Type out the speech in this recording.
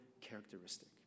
characteristic